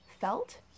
felt